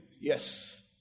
Yes